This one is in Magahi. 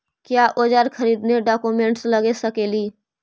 क्या ओजार खरीदने ड़ाओकमेसे लगे सकेली?